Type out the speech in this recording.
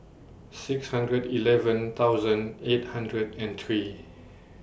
six hundred eleven thousand eight hundred and three